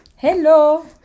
Hello